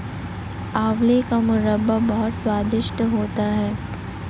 आंवले का मुरब्बा बहुत स्वादिष्ट होता है